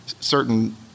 certain